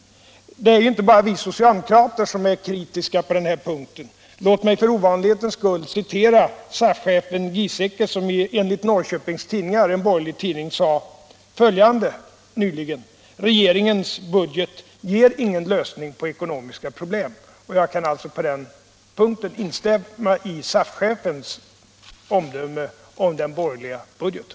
Det är inte bara vi socialdemokrater som är kritiska på denna punkt. Låt mig för ovanlighetens skull citera SAF-chefen Giesecke, som enligt Norrköpings Tidningar — en borgerlig tidning — nyligen sade följande: Regeringens budget ger ingen lösning på ekonomiska problem. Jag kan alltså på den punkten instämma i SAF-chefens omdöme om den borgerliga budgeten.